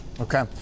okay